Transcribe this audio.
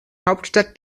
hauptstadt